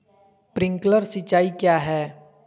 Sprinkler सिंचाई क्या है?